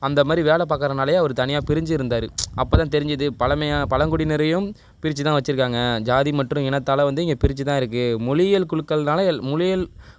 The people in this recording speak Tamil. அந்தமாதிரி வேலை பார்க்குறனாலையே அவர் தனியாக பிரிஞ்சு இருந்தார் அப்போ தான் தெரிஞ்சது பழமையாக பழங்குடியினரையும் பிரிச்சு தான் வச்சுருக்காங்க ஜாதி மற்றும் இனத்தால் வந்து இங்கே பிரிச்சு தான் இருக்கு மொழிகள் குழுக்கள்னால எல் மொழிகள்